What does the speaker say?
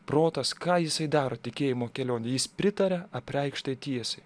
protas ką jisai daro tikėjimo kelionėj jis pritaria apreikštai tiesai